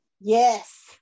Yes